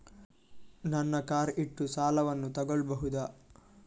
ನನ್ನ ಕಾರ್ ಇಟ್ಟು ಸಾಲವನ್ನು ತಗೋಳ್ಬಹುದಾ?